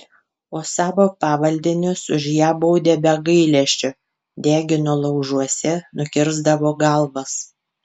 o savo pavaldinius už ją baudė be gailesčio degino laužuose nukirsdavo galvas